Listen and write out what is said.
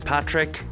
Patrick